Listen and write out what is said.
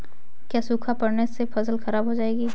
क्या सूखा पड़ने से फसल खराब हो जाएगी?